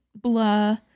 blah